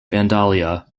vandalia